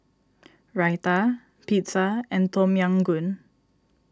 Raita Pizza and Tom Yam Goong